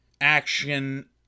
action